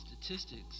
statistics